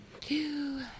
two